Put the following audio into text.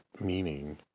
meaning